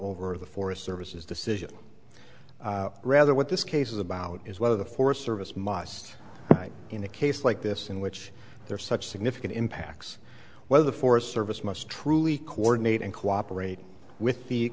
over the forest services decision rather what this case is about is whether the forest service must in a case like this in which there are such significant impacts whether the forest service must truly coordinate and cooperate with the